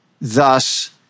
thus